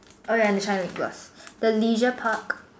oh ya and the China people the leisure park